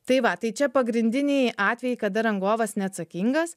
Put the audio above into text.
tai va tai čia pagrindiniai atvejai kada rangovas neatsakingas